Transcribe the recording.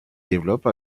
développe